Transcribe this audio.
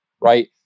right